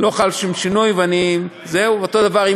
אותו דבר.